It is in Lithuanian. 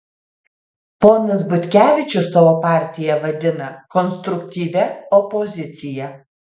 ponas butkevičius savo partiją vadina konstruktyvia opozicija